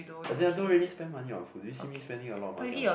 exact I don't really spend money on food do you see me spending a lot of money on food